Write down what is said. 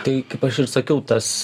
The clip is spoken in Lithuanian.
tai kaip aš ir sakiau tas